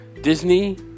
Disney